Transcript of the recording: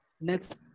next